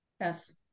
Yes